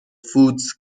فودز